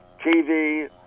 TV